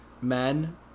men